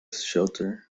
shelter